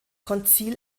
konzil